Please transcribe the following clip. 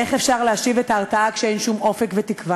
איך אפשר להשיב את ההרתעה כשאין שום אופק ותקווה?